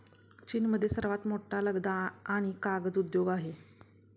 चीनमध्ये सर्वात मोठा लगदा आणि कागद उद्योग आहे